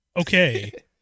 Okay